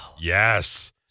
Yes